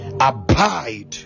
abide